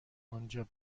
آنجا